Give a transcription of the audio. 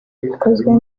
bikozwe